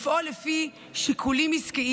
חברות אלו מחויבות לפעול לפי שיקולים עסקיים